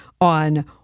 on